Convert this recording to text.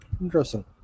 Interesting